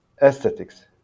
aesthetics